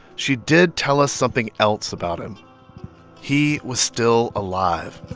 she did tell us something else about him he was still alive